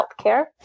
healthcare